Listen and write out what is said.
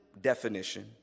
definition